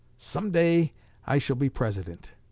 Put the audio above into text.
some day i shall be president